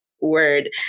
word